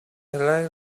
like